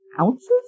ounces